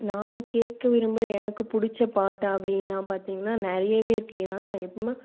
நான் கேட்க விரும்புகிற எனக்கு பிடிச்ச பாட்டு அப்படின்னா பார்த்தீங்கன்னா நிறையவே இருக்கு என்ன எப்புடினா